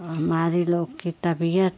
और हमारे लोग की तबीयत